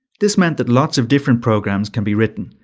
this meant that lots of different programs can be written,